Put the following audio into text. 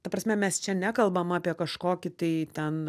ta prasme mes čia nekalbam apie kažkokį tai ten